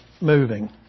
moving